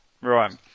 Right